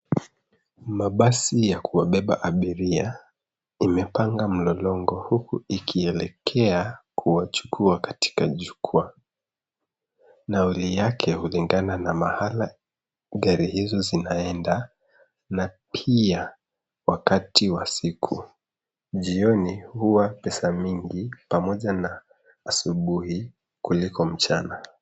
Mabasi ya kuwabeba abiria imepanga mlolongo huku ikielekea kuwachukua katika jukwaa. Nauli yake hulingana na mahala gari hizo zinaenda na pia wakati wa siku. Jioni huwa pesa mingi pamoja na asubuhi kuliko mchana.